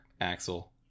Axel